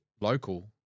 local